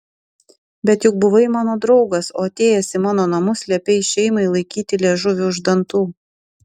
bet juk buvai mano draugas o atėjęs į mano namus liepei šeimai laikyti liežuvį už dantų